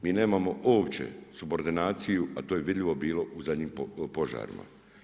Mi nemamo uopće subordinaciju, a to je vidljivo bilo u zadnjim požarima.